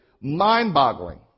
mind-boggling